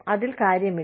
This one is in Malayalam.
അതിൽ കാര്യമില്ല